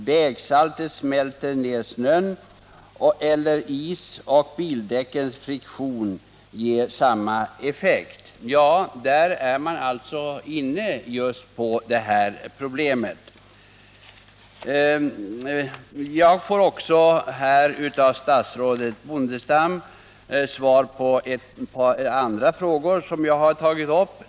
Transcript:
Vägsaltet smälter ned snön eller isen, och bildäckens friktion ger samma effekt. NTF har alltså varit inne på detta problem. Jag fick av statsrådet Bondestam också svar på ett par andra frågor som jag har tagit upp.